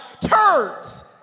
turds